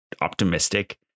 optimistic